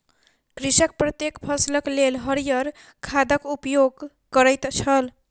कृषक प्रत्येक फसिलक लेल हरियर खादक उपयोग करैत छल